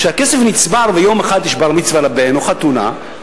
כשהכסף נצבר ויום אחד יש בר-מצווה לבן או חתונה,